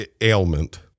ailment